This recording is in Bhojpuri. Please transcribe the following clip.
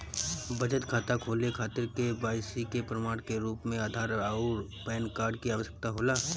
बचत खाता खोले खातिर के.वाइ.सी के प्रमाण के रूप में आधार आउर पैन कार्ड की आवश्यकता होला